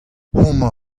homañ